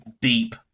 Deep